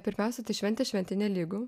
pirmiausia tai šventė šventei nelygu